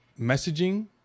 messaging